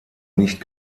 nicht